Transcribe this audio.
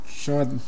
sure